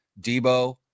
Debo